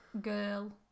Girl